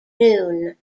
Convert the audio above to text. noon